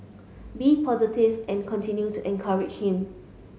be positive and continue to encourage him